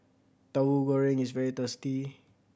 Tauhu Goreng is very tasty